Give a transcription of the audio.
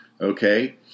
okay